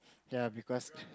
ya because